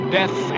death